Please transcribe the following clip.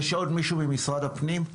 יש עוד מישהו ממשרד הפנים?